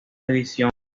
división